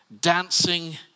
dancing